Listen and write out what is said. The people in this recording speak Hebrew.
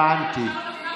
הבנתי.